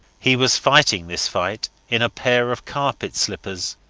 he was fighting this fight in a pair of carpet slippers.